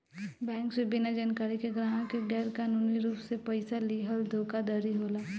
bank से बिना जानकारी के ग्राहक के गैर कानूनी रूप से पइसा लीहल धोखाधड़ी होला